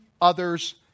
others